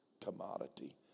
commodity